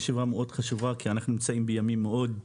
ישיבה חשובה מאוד כי אנחנו נמצאים בימים קשים מאוד,